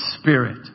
spirit